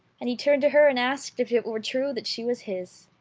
and he turned to her and asked if it were true that she was his.